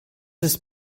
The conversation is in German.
ist